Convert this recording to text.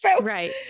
right